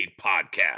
Podcast